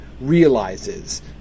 realizes